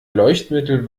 leuchtmittel